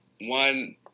one